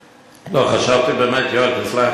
לא, חשבתי באמת, יואל, תסלח לי.